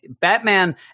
Batman